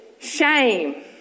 Shame